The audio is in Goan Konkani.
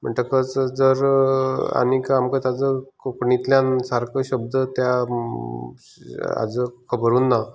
म्हणटकच जर आनी आमकां ताचो कोंकणींतल्यान सारको शब्द त्या हाजो खबर ना